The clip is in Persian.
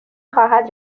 خواهد